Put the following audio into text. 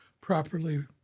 properly